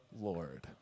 Lord